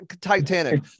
Titanic